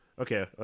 Okay